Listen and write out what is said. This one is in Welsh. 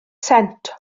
sent